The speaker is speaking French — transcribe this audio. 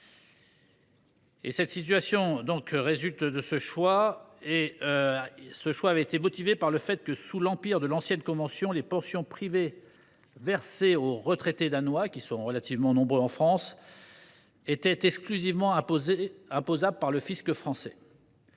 la convention antérieure. Ce choix avait été motivé par le fait que, sous l’empire de l’ancienne convention, les pensions privées versées aux retraités danois, qui sont relativement nombreux en France, étaient exclusivement imposables par le fisc français.